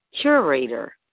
curator